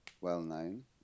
well-known